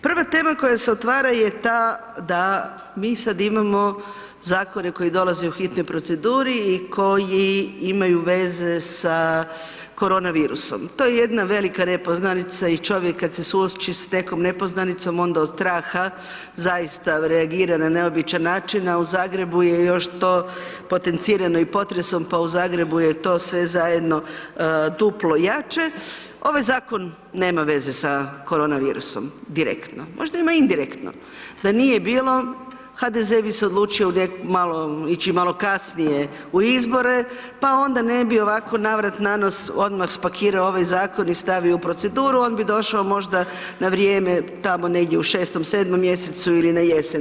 Prva tema koja se otvara je ta da mi sad imamo zakone koji dolaze u hitnoj proceduri i koji imaju veze sa korona virusom, to je jedna velika nepoznanica i čovjek kad se suoči sa nekom nepoznanicom, onda od straha zaista reagira na neobičan način a u Zagrebu je još to potencirano i potresom pa u Zagrebu je to sve zajedno duplo jače, ovaj zakon nema veze sa korona virusom direktno, možda ima indirektno, da nije bilo, HDZ bi se odlučio ići malo kasnije u izbore pa onda ne bi ovako navrat-nanos odmah spakirao ovaj zakon i stavio u proceduru, on bi došao možda na vrijeme tamo negdje u 6., 7., mj. ili na jesen.